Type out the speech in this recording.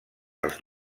els